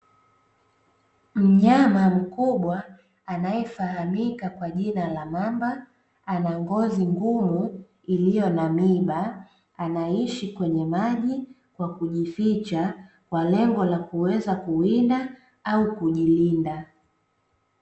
Mnyama mkubwa anayefahamika kwa jina la mamba, ana ngozi ngumu iliyo na miba, anaishi kwenye maji kwa kujificha, kwa lengo la kuweza kuwinda au kujilinda.